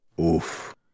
Oof